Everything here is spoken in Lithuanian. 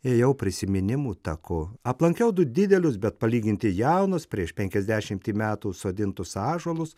ėjau prisiminimų taku aplankiau du didelius bet palyginti jaunus prieš penkiasdešimį metų sodintus ąžuolus